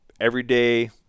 everyday